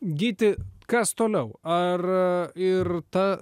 gyti kas toliau ar ir ta